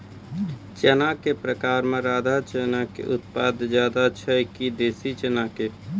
चना के प्रकार मे राधा चना के उत्पादन ज्यादा छै कि देसी चना के?